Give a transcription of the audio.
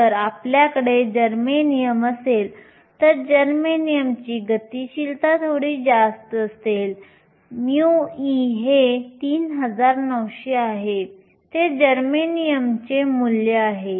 जर आपल्याकडे जर्मेनियम असेल तर जर्मेनियमची गतिशीलता थोडी जास्त असेल μe हे 3900 आहे ते जर्मेनियमचे मूल्य आहे